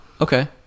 okay